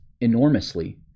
enormously